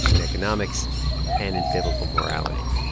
in economics and in biblical morality